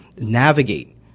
navigate